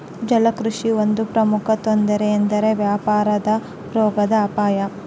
ಜಲಕೃಷಿಗೆ ಒಂದು ಪ್ರಮುಖ ತೊಂದರೆ ಎಂದರೆ ವ್ಯಾಪಕವಾದ ರೋಗದ ಅಪಾಯ